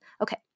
Okay